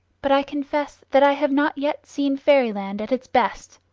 but i confess that i have not yet seen fairyland at its best.